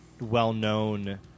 well-known